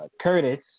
Curtis